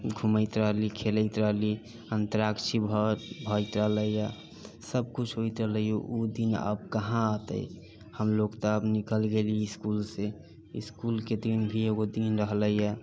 घुमैत रहलीह खेलैत रहलीह अन्तराक्षरी होइत रहले इएह सभ किछु होइत रहले इएह उ दिन आब कहाँ औते हम लोग तऽ आब निकलि गेली इसकुलसँ इसकुलके दिन भी एकगो दिन रहले इएह